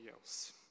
else